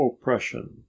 oppression